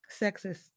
sexist